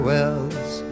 Wells